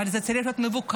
אבל זה צריך להיות מבוקר,